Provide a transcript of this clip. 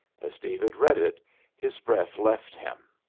as david read it his breath left him,